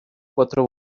cuatro